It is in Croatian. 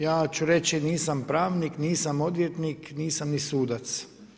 Ja ću reći nisam pravnik, nisam odvjetnik, nisam ni sudac.